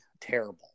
terrible